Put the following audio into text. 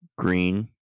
green